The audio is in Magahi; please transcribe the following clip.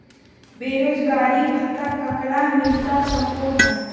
बेरोजगारी भत्ता ककरा मिलता सको है?